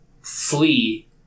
flee